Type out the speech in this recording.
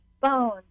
bone